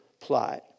plot